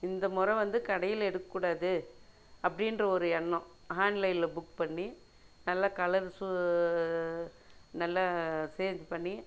இந்த முறை வந்து கடையில் எடுக்கக்கூடாது அப்படின்ற ஒரு எண்ணம் ஆன்லைனில் புக் பண்ணி நல்ல கலரு நல்ல சேஸ் பண்ணி